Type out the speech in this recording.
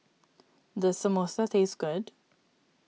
does Samosa taste good